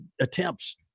attempts